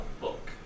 book